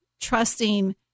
trusting